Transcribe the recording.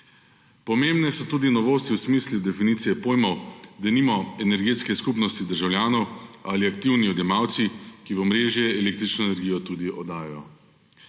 Pomembne so tudi novosti v smislu definicije pojmov, denimo, energetske skupnosti državljanov ali aktivni odjemalci, ki v omrežje električno energijo tudi oddajajo.